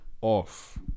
off